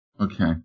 Okay